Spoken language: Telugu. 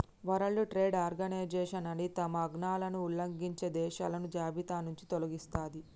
వరల్డ్ ట్రేడ్ ఆర్గనైజేషన్ అనేది తమ ఆజ్ఞలను ఉల్లంఘించే దేశాలను జాబితానుంచి తొలగిస్తది